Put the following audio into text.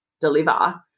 deliver